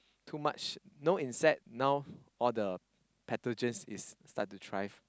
too much no insect now all the pathogens is start to thrive